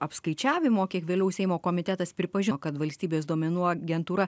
apskaičiavimo kiek vėliau seimo komitetas pripažino kad valstybės duomenų agentūra